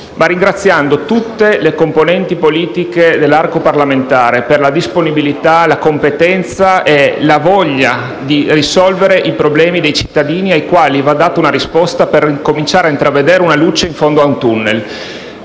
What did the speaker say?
ma anche tutte le componenti politiche dell'arco parlamentare per la disponibilità, la competenza e la voglia di risolvere i problemi dei cittadini, ai quali va data una risposta per cominciare ad intravedere una luce in fondo ad un tunnel: